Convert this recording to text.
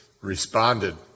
responded